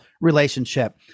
relationship